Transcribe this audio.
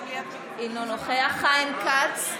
אינו נוכח חיים כץ,